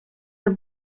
her